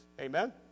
Amen